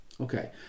Okay